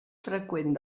freqüent